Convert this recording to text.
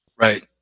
Right